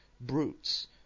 brutes